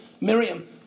Miriam